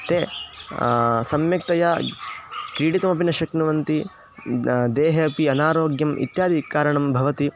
ते सम्यक्तया क्रीडितुमपि न शक्नुवन्ति देहे अपि अनारोग्यम् इत्यादि कारणं भवति